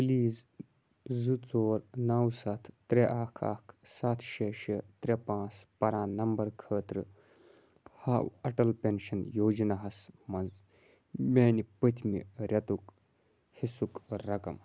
please زٕ ژور نَو سَتھ ترٛےٚ اَکھ اَکھ سَتھ شےٚ شےٚ ترٛےٚ پانٛژھ پران نمبر خٲطرٕ ہاو اٹل پٮ۪نشن یوجناہَس مَنٛز میٛانہِ پٔتۍمہِ رٮ۪تُک حِصُک رقم